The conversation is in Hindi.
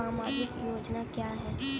सामाजिक योजना क्या है?